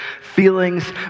feelings